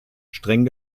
streng